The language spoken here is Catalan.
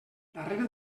darrere